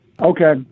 Okay